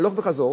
הלוך וחזור,